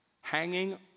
Hanging